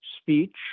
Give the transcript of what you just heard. speech